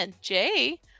jay